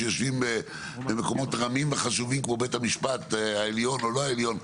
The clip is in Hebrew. שיושבים במקומות רמים וחשובים כמו בית המשפט העליון או לא העליון,